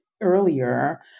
earlier